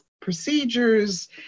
procedures